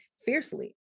fiercely